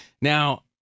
Now